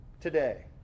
today